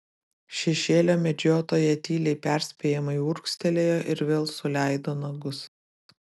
šešėlio medžiotoja tyliai perspėjamai urgztelėjo ir vėl suleido nagus